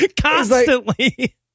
Constantly